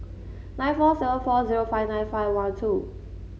nine four seven four zero five nine five one two